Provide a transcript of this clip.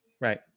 Right